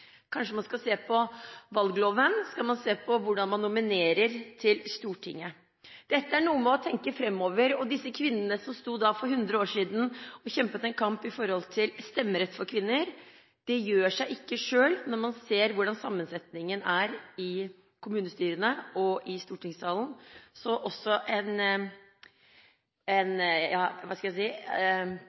Kanskje man skal se på valgloven, se på hvordan man nominerer til Stortinget? Dette har noe å gjøre med å tenke framover, og for 100 år siden sto disse kvinnene og kjempet en kamp for stemmerett for kvinner. Det gjør seg ikke selv – når man ser hvordan sammensetningen er i kommunestyrene og i stortingssalen. Så dette er en oppfordring til å være innovative og nytenkende i det politiske arbeid, slik at også kvinnene skal få en